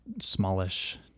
smallish